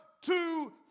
two